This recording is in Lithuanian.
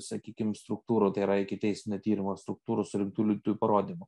sakykim struktūrų tai yra ikiteisminio tyrimo struktūrų surinktų liudytojų parodymų